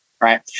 right